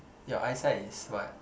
your eyesight is what